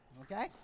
Okay